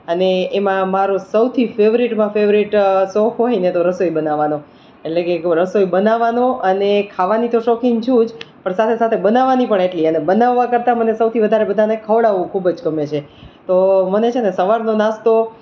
અને એમાં મારો સૌથી ફેવરેટમાં ફેવરેટ શોખ હોયને તો રસોઈ બનાવાનો એટલે કે રસોઈ બનાવાનો અને ખાવાની તો શોખીન છું જ પણ સાથે સાથે બનાવાની પણ એટલી બનાવવા કરતાં મને સૌથી વધારે બધાને ખવડાવવું ખૂબ જ ગમે છે તો મને છે ને સવારનો નાસ્તો